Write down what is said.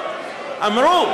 אמרו,